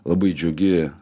labai džiugi